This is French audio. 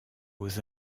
aux